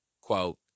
Quote